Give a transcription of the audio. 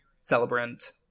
Celebrant